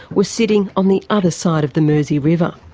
was sitting on the other side of the mersey river.